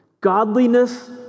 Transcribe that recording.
Godliness